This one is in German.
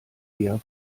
eher